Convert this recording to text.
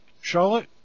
Charlotte